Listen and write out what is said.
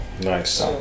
Nice